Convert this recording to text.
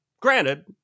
Granted